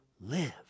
live